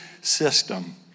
system